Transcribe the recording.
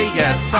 yes